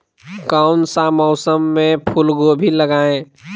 कौन सा मौसम में फूलगोभी लगाए?